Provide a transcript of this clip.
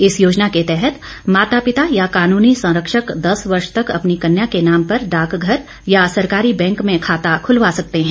इस योजना के अतंर्गत माता पिता या कानूनी संरक्षक दस वर्ष तक की अपनी कन्या के नाम पर डाकघर या सरकारी बैंक में खाता खुलवा सकते हैं